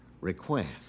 request